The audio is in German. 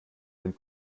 wenn